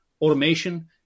automation